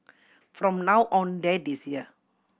from now on dad is here